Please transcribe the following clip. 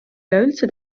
üleüldse